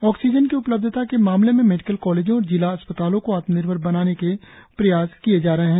oxygen की उपलब्धता के मामले में मेडिकल कॉलेजों और जिला अस्पतालों को आत्मनिर्भर बनाने के प्रयास किए जा रहे हैं